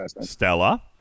Stella